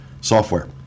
software